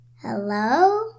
Hello